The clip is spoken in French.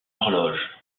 horloge